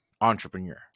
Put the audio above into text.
entrepreneur